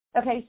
Okay